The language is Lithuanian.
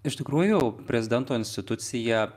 iš tikrųjų prezidento institucija